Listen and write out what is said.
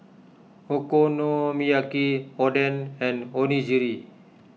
Okonomiyaki Oden and Onigiri